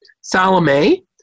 Salome